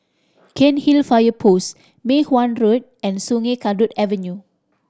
Cairnhill Fire Post Mei Hwan Road and Sungei Kadut Avenue